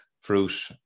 fruit